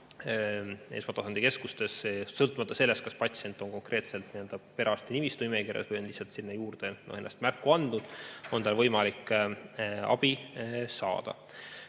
esmatasandi keskustest. Sõltumata sellest, kas patsient on konkreetselt perearsti nimistus või on lihtsalt sinna juurde endast märku andnud, on tal võimalik abi saada.